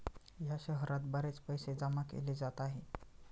या शहरात बरेच पैसे जमा केले जात आहे